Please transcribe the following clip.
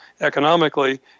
economically